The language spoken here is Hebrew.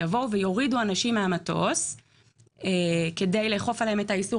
יורידו אנשים מהמטוס כדי לאכוף עליהם את האיסור